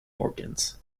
organs